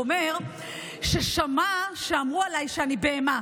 שהוא שמע שאמרו עליי שאני בהמה.